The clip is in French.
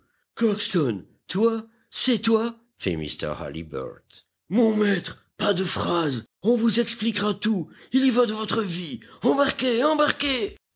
crockston toi c'est toi fit mr halliburtt mon maître pas de phrases on vous expliquera tout il y va de votre vie embarquez embarquez